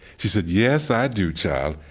she said, yes, i do, child.